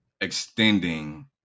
extending